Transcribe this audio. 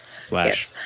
slash